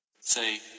Say